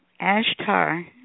Ashtar